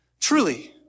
truly